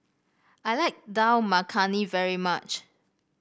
I like Dal Makhani very much